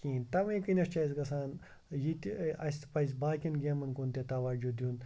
کِہیٖنۍ تَوے کنٮ۪تھ چھِ اَسہِ گَژھان یہِ تہِ اَسہِ پَزِ باقیَن گیمَن کُن تہِ تَوجوٗ دیُن